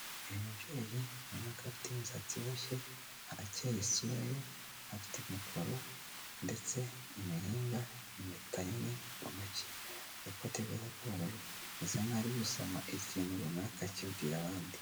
Uyu mubyeyi ubona ko afite imisatsi iboshye arakeye isura ye afite mikoro ndetse imiringa impeta nyine ku ntoki, agakote keza k'ubururu bisa nkaho ari gusoma ikintu runaka akibwira abandi.